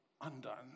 undone